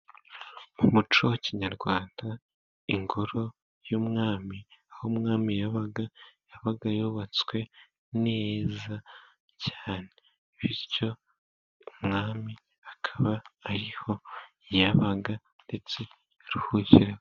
Mu muco wa kinyarwanda ingoro y'umwami, Aho Umwami yabaga, yabaga yubatswe neza cyane. Bityo umwami akaba ariho yabaga ndetse...